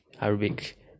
Arabic